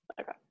okay